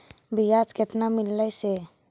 बियाज केतना मिललय से?